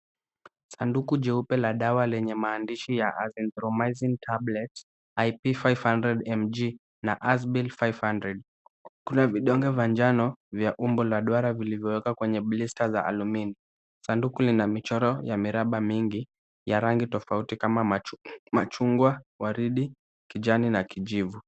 Sanduku jeupe la dawa lenye maandishi ya Azithromycin tablet IP 500mg na Azibil-500.Kuna vidonge vya njano vya umbo la duara vilivyowekwa kwenye blister za almin .Sanduku lina michoro ya miraba mingi ya rangi tofauti kama machungwa, waridi, kijani na kijivu.